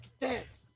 dance